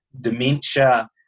dementia